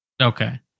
Okay